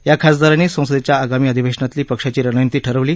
या खासदारांनी संसदेच्या आगामी अधिवेशनातली पक्षाची रणनिती ठरवली